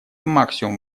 максимум